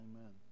Amen